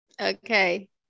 okay